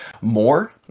more